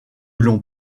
l’on